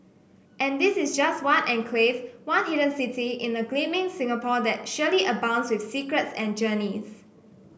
and this is just one enclave one hidden city in a gleaming Singapore that surely abounds with secrets and journeys